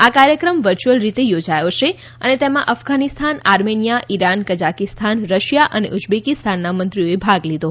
આ કાર્યક્રમ વર્ચ્યુઅલ રીતે યોજાયો છે અને તેમાં Afghanistan Armenia Iran Kazakhstan Russia અને ઉઝબેકિસ્તાનના મંત્રીઓએ ભાગ લીધો